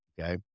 Okay